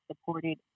supported